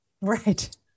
Right